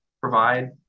provide